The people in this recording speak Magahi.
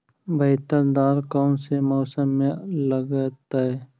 बैतल दाल कौन से मौसम में लगतैई?